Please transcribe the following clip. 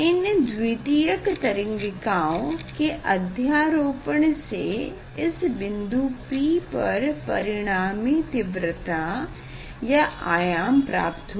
इन द्वितीयक तरंगिकाओं के अध्यारोपण से इस बिन्दु P पर परिणामी तीव्रता या आयाम प्राप्त होगी